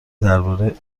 درباره